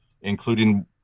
including